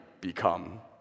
become